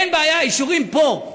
אין בעיה, האישורים פה.